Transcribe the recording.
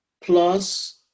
plus